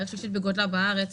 העיר השלישית בגודלה בארץ.